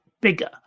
bigger